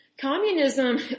communism